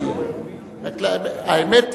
האמת,